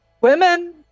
Women